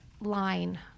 line